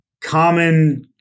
common